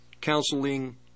counseling